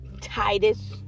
Titus